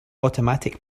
automatic